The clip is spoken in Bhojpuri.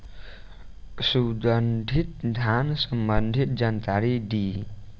सुगंधित धान संबंधित जानकारी दी?